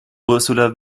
ursula